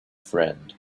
friend